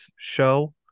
show